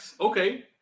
Okay